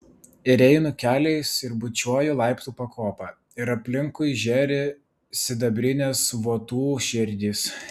ir einu keliais ir bučiuoju laiptų pakopą ir aplinkui žėri sidabrinės votų širdys